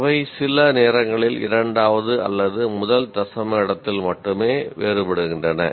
அவை சில நேரங்களில் இரண்டாவது அல்லது முதல் தசம இடத்தில் மட்டுமே வேறுபடுகின்றன